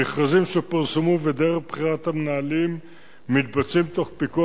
המכרזים שפורסמו ודרך בחירת המנהלים מתבצעים תוך פיקוח